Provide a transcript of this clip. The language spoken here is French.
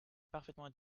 parfaitement